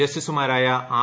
ജസ്റ്റിസുമാരായ ആർ